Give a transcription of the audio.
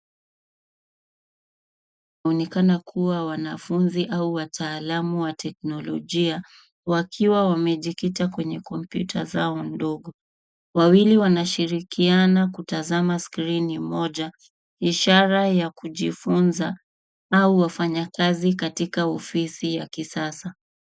Wanaonekana kuwa wanafunzi au wataalamu wa teknologia, wakiwa wamejikita kwenye komputa zao ndogo. Wawili wanashirikiana kutazama skrini moja. Ishara ya kujifunza au wafanyakazi kwa ofisi ya kisasa.